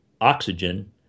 oxygen